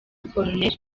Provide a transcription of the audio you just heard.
col